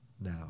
now